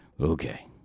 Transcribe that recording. Okay